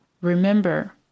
Remember